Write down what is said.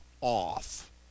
off